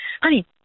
honey